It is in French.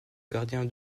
gardien